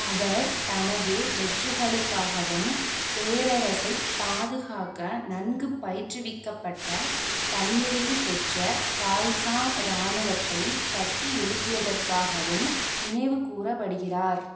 அவர் தனது வெற்றிகளுக்காகவும் பேரரசைப் பாதுகாக்க நன்கு பயிற்றுவிக்கப்பட்ட தன்னிறைவு பெற்ற கால்சா இராணுவத்தை கட்டியெழுப்பியதற்காகவும் நினைவு கூறப்படுகிறார்